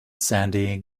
sandy